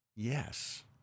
Yes